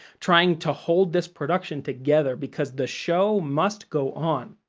trying to hold this production together, because the show must go on.